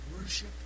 worship